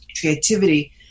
creativity